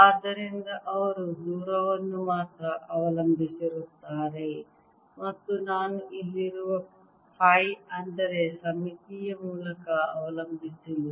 ಆದ್ದರಿಂದ ಅವರು ದೂರವನ್ನು ಮಾತ್ರ ಅವಲಂಬಿಸಿರುತ್ತಾರೆ ಮತ್ತು ನಾನು ಇಲ್ಲಿರುವ ಫೈ ಅಂದರೆ ಸಮ್ಮಿತಿಯ ಮೂಲಕ ಅವಲಂಬಿಸಿಲ್ಲ